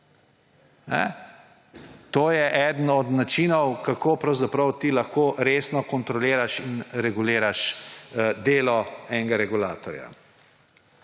To je eden od načinov, kako pravzaprav ti lahko resno kontroliraš in reguliraš delo enega regulatorja.